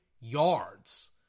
yards